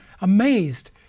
amazed